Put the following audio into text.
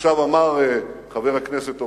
אמר חבר הכנסת אורלב,